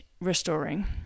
restoring